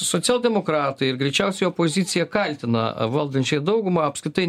socialdemokratai ir greičiausiai opozicija kaltina valdančiąją daugumą apskritai